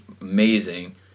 amazing